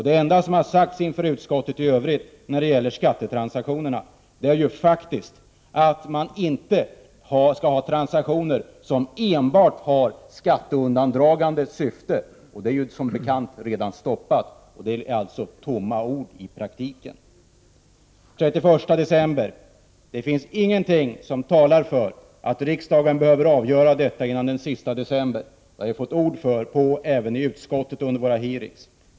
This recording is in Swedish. Det enda som har sagts inför utskottet i övrigt beträffande skattetransaktionerna är att man inte skall ha transaktioner som har skatteundandragande som enda syfte. Sådana transaktioner är som bekant redan stoppade. Det är alltså i praktiken tomma ord. Beträffande den 31 december: Det finns ingenting som talar för att riksdagen behöver avgöra den här frågan före den sista december. Det har vi också fått besked om i utskottet under våra utfrågningar.